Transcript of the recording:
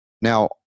Now